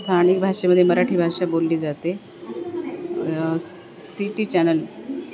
स्थानिक भाषेमध्ये मराठी भाषा बोलली जाते सीटी चॅनल